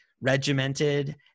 regimented